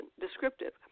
descriptive